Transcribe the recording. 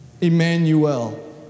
Emmanuel